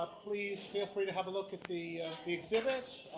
ah please feel free to have a look at the the exhibits,